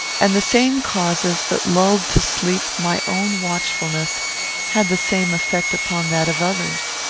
and the same causes that lulled to sleep my own watchfulness had the same effect upon that of others.